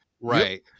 Right